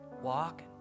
walk